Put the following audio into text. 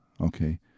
Okay